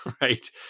right